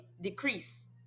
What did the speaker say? decrease